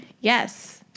Yes